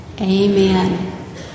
Amen